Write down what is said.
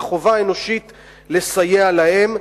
וחובה אנושית לסייע להם.